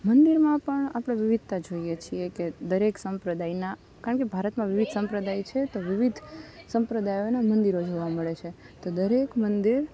મંદિરમાં પણ આપણે વિવિધતા જોઈએ છીએ કે દરેક સંપ્રદાયના કારણકે ભારતમાં વિવિધ સંપ્રદાય છે તો વિવિધ સંપ્રદાયોના મંદિરો જોવા મળે છે તો દરેક મંદિર